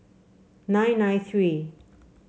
nine nine three